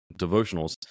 devotionals